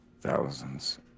thousands